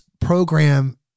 program